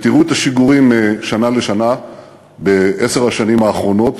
תראו את השיגורים משנה לשנה בעשר השנים האחרונות